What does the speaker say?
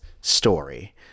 story